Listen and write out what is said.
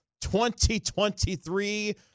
2023